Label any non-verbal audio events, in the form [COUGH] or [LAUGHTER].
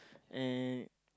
and [NOISE]